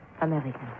American